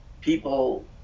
people